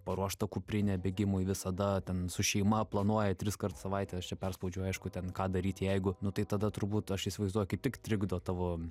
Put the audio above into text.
paruošta kuprinė bėgimui visada ten su šeima planuoja triskart į savaitę aš čia perspaudžiu aišku ten ką daryt jeigu nu tai tada turbūt aš įsivaizduoju kaip tik trikdo tavo